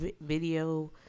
video